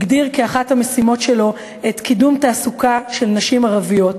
הגדיר כאחת המשימות שלו את קידום התעסוקה של נשים ערביות.